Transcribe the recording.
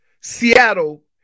Seattle –